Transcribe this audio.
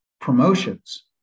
promotions